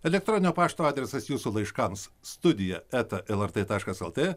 elektroninio pašto adresas jūsų laiškams studija eta lrt taškas lt